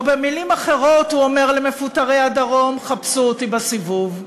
במילים אחרות הוא אומר למפוטרי הדרום: חפשו אותי בסיבוב.